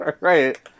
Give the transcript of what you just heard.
Right